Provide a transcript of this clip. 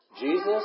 Jesus